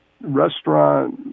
restaurant